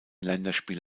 länderspiel